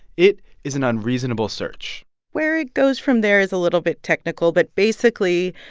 it is an unreasonable search where it goes from there is a little bit technical. but basically,